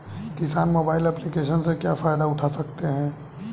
किसान mobile application से क्या फायदा उठा सकता है?